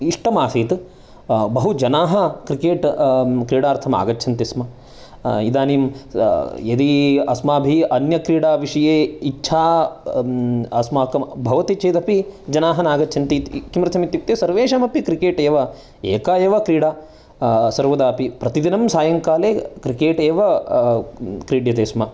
इष्टम् आसीत् बहु जनाः क्रिकेट् क्रीडार्थम् आगच्छन्ति स्म इदानीं यदि अस्माभिः अन्यक्रीडा विषये इच्छा अस्माकं भवति चेदपि जनाः न अगच्छन्ति किमर्थम् इत्युक्ते सर्वेषाम् अपि क्रिकेट् एव एका एव क्रीडा सर्वदापि प्रतिदिनं सायङ्काले क्रिकेट् एव क्रीड्यते स्म